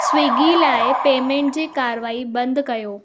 Swiggy लाइ payment जी कारवाई बंदि कयो